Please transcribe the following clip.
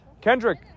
Kendrick